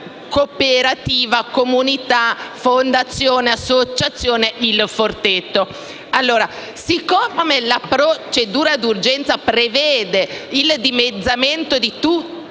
cooperativa, comunità, fondazione, associazione Il Forteto. Dal momento che la procedura d'urgenza prevede il dimezzamento di tutti